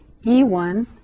e1